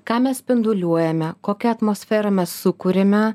ką mes spinduliuojame kokią atmosferą mes sukuriame